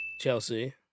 Chelsea